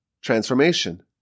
transformation